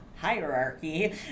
hierarchy